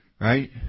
right